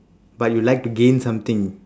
but you would like to gain something